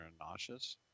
nauseous